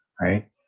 Right